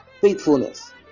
faithfulness